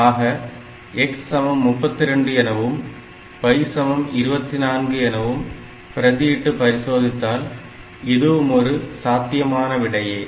ஆக x சமம் 32 எனவும் y சமம் 24 எனவும் பிரதி இட்டு பரிசோதித்தால் இதுவும் ஒரு சாத்தியமான விடையே